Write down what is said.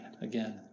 again